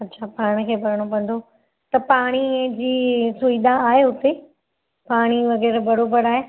अच्छा पाण खे भरिणो पवंदो त पाणीअ जी सुविधा आहे हुते पाणी वग़ैरह बराबरि आहे